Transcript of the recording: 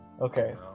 Okay